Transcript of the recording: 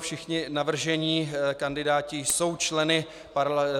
Všichni navržení kandidáti jsou členy